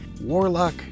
Warlock